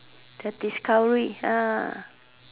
the discoveries